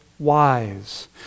Wise